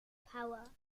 power